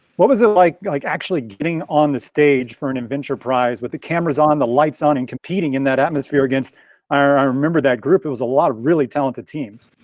what was it like like actually getting on the stage for an inventure prize with the cameras on the lights on and competing in that atmosphere against our i remember that group, it was a lot of really talented teams.